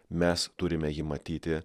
mes turime jį matyti